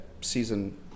season